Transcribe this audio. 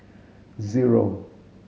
zero